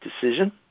decision